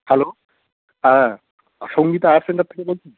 hello হ্যাঁ সঙ্গীতা আয়া centre থেকে বলছেন